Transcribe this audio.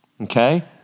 Okay